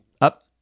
Up